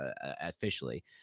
officially